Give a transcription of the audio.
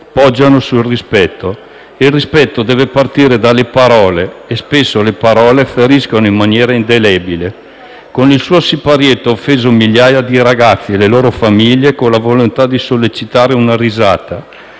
poggiano sul rispetto. Il rispetto deve partire dalle parole e spesso le parole feriscono in maniera indelebile. Con il suo siparietto, Grillo ha offeso migliaia di ragazzi e le loro famiglie, con la volontà di sollecitare una risata.